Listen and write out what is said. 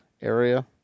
area